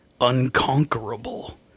unconquerable